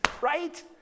Right